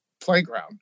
playground